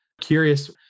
curious